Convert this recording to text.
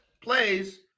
plays